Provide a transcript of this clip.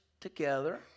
together